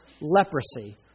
leprosy